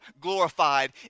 glorified